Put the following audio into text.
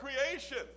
creation